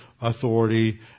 authority